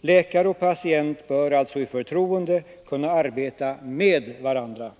Läkare och patient bör alltså i förtroende kunna arbeta med varandra.